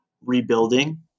rebuilding